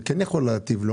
זה כן יכול להיטיב אתו.